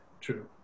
True